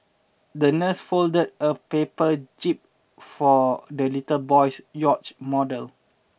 the nurse folded a paper jib for the little boy's yacht model